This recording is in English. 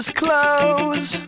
clothes